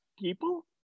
people